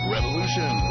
Revolution